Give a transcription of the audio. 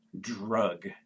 drug